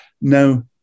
Now